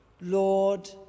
Lord